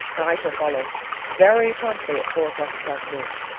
i shall follow very promptly at four o'clock this afternoon.